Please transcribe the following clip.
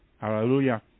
Hallelujah